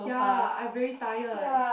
ya I very tired